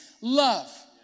love